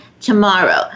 tomorrow